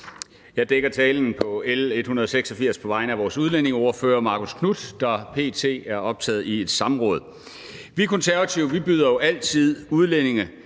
Jeg dækker talen om L 186 på vegne af vores udlændingeordfører, Marcus Knuth, der p.t. er optaget af et samråd. Vi Konservative byder jo altid udlændinge,